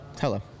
Hello